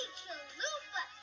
chalupa